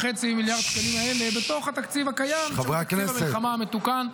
מיליארד שקלים האלה בתוך התקציב הקיים של תקציב המלחמה המתוקן,